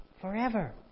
forever